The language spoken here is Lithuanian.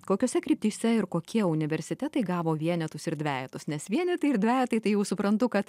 kokiose kryptyse ir kokie universitetai gavo vienetus ir dvejetus nes vienetai ir dvejetai tai jau suprantu kad